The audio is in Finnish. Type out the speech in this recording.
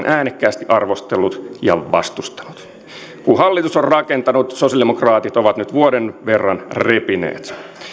äänekkäästi arvostellut ja vastustanut kun hallitus on rakentanut sosialidemokraatit ovat nyt vuoden verran repineet